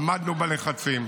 עמדנו בלחצים,